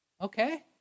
Okay